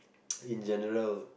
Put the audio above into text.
in general